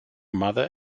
mother